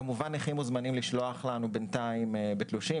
כמובן נכים מוזמנים לשלוח לנו בינתיים בתלושים,